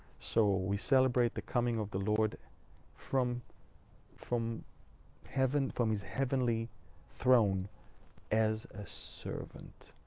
so we celebrate the coming of the lord from from heaven, from his heavenly throne as a servant.